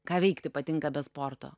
ką veikti patinka be sporto